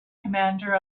commander